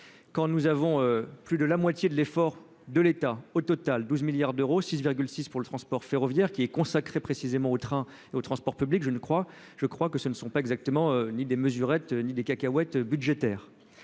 quand nous avons plus de la moitié de l'effort de l'État, au total 12 milliards d'euros, 6,6 pour le transport ferroviaire qui est consacré précisément aux trains et aux transports publics, je ne crois je crois que ce ne sont pas exactement ni des mesurettes, ni des cacahuètes budgétaire